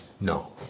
No